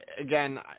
again